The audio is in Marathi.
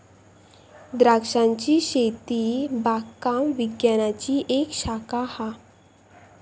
द्रांक्षांची शेती बागकाम विज्ञानाची एक शाखा हा